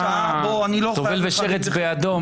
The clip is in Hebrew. טובל ושרץ בידו.